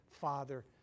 father